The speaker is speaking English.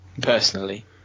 personally